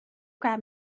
grab